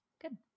Good